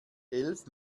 elf